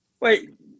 Wait